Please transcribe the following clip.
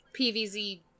PVZ